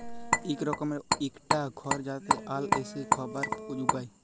ইক রকমের ইকটা ঘর যাতে আল এসে খাবার উগায়